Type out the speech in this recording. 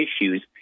issues